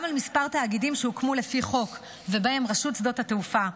גם על כמה תאגידים שהוקמו לפי חוק ובהם רשות שדות התעופה,